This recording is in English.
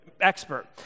expert